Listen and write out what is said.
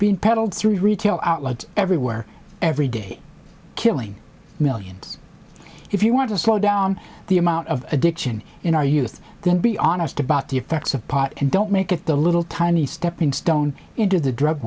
being peddled through retail outlets everywhere every day killing millions if you want to slow down the amount of addiction in our youth then be honest about the effects of pot and don't make it the little tiny steppingstone into the drug